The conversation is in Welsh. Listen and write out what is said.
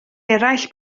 eraill